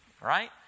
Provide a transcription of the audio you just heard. Right